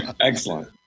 Excellent